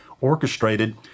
orchestrated